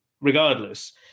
regardless